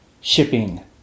shipping